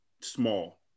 small